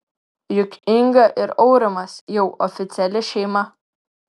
juk inga ir aurimas jau oficiali šeima